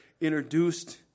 introduced